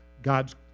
God's